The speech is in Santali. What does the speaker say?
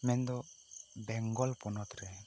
ᱢᱮᱱᱫᱚ ᱵᱮᱝᱜᱚᱞ ᱯᱚᱱᱚᱛ ᱨᱮ